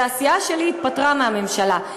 והסיעה שלי התפטרה מהממשלה.